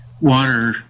water